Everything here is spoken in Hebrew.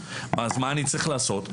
אז מה אני צריך לעשות?